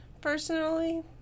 personally